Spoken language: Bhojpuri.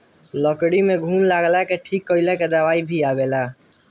लकड़ी में घुन लगला के ठीक कइला के दवाई भी आवेला